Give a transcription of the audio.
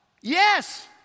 Yes